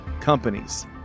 companies